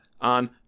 On